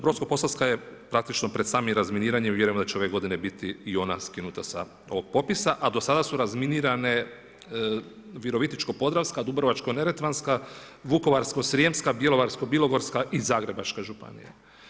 Brodsko-posavska je praktično pred samim razminiranjem i vjerujemo da će ove godine biti i ona skinuta sa ovog popisa, a do sada su razminirane Virovitičko-podravska, Dubrovačko-neretvanska, Vukovarsko-srijemska, Bjelovarsko-bilogorska i Zagrebačka županija.